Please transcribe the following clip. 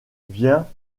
vient